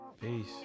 Peace